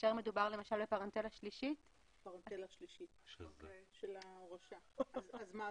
קרבת המשפחה רחוקה יותר.